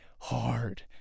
hard